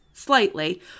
slightly